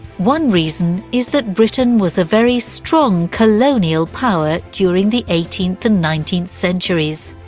one reason is that britain was a very strong colonial power during the eighteenth and nineteenth centuries.